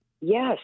Yes